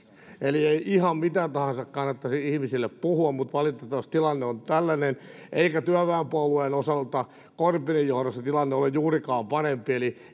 eli ei ihan mitä tahansa kannattaisi ihmisille puhua mutta valitettavasti tilanne on tällainen eikä työväenpuolueen osalta jeremy corbynin johdolla tilanne ole juurikaan parempi eli